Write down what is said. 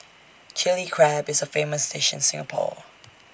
Chilli Crab is A famous dish in Singapore